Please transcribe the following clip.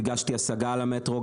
הגשתי השגה על המטרו,